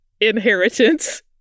inheritance